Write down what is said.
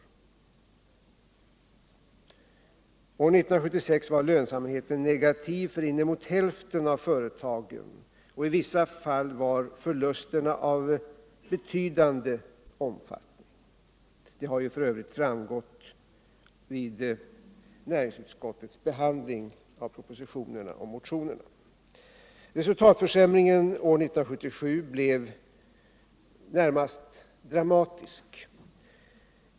År 1976 var lönsamheten negativ för inemot hälften av företagen, och i vissa fall var förlusterna av betydande omfattning. Detta har f. ö. framgått vid näringsutskottets behandling av propositionerna och motionerna. Resultatförsämringen år 1977 blev närmast dramatisk.